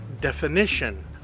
definition